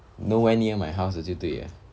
nowhere near my house 就对